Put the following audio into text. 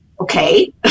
Okay